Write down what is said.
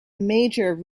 major